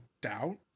doubt